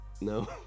No